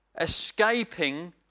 escaping